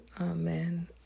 amen